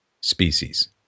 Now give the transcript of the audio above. species